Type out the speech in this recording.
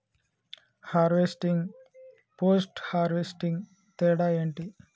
Harvesting, post harvesting తేడా ఏంటి?